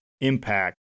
impact